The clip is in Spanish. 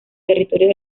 territorios